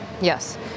Yes